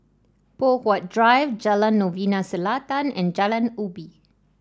Poh Huat Drive Jalan Novena Selatan and Jalan Ubi